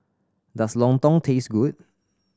does lontong taste good